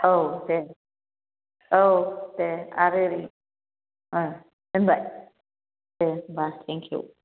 औ दे औ दे आर ओरै दोनबाय दे होनबा तेंककिउ